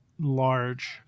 large